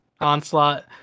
Onslaught